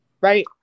Right